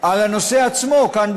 על הנושא עצמו כאן,